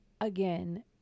again